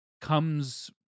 comes